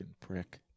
prick